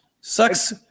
sucks